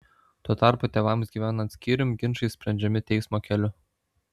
tuo tarpu tėvams gyvenant skyrium ginčai sprendžiami teismo keliu